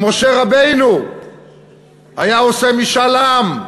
אם משה רבנו היה עושה משאל עם,